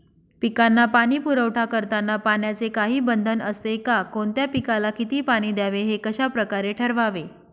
पिकांना पाणी पुरवठा करताना पाण्याचे काही बंधन असते का? कोणत्या पिकाला किती पाणी द्यावे ते कशाप्रकारे ठरवावे?